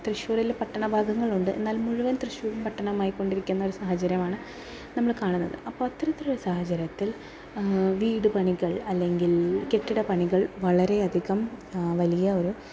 തൃശ്ശൂരിൽ പട്ടണഭാഗങ്ങൾ ഉണ്ട് എന്നാൽ മുഴുവൻ തൃശ്ശൂരും പട്ടണമായിക്കൊണ്ടിരിക്കുന്ന ഒരു സാഹചര്യമാണ് നമ്മൾ കാണുന്നത് അപ്പോൾ അത്തരത്തിലൊരു സാഹചര്യത്തിൽ വീടുപണികൾ അല്ലെങ്കിൽ കെട്ടിടപണികൾ വളരെ അധികം വലിയ ഒരു